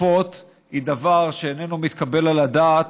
גופות היא דבר שאיננו מתקבל על הדעת,